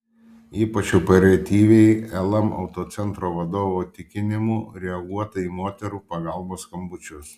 ypač operatyviai lm autocentro vadovo tikinimu reaguota į moterų pagalbos skambučius